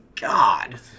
god